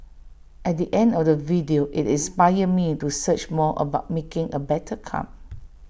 at the end of the video IT inspired me to search more about making A better cup